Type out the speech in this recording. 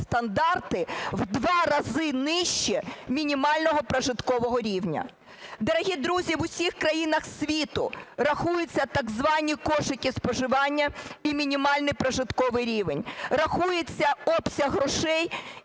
в 2 рази нижче мінімального прожиткового рівня. Дорогі друзі, в усіх країнах світу рахуються так звані кошики споживання і мінімальний прожитковий рівень. Рахується обсяг грошей,